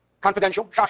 confidential